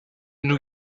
new